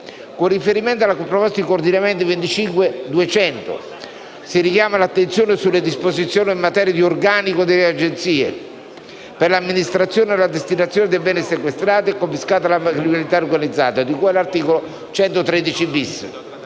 Con riferimento alla proposta di coordinamento 25.Coord.200, richiamo l'attenzione sulle disposizioni in materia di organico dell'Agenzia nazionale per l'amministrazione e la destinazione dei beni sequestrati e confiscati alla criminalità organizzata, di cui all'articolo 113-*bis,*